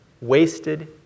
wasted